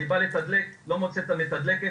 אני בא לתדלק ואני לא מוצא את המתדלקת,